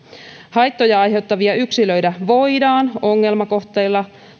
haittoja aiheuttavia yksilöitä voidaan ongelmakohteilla